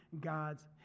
God's